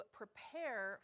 prepare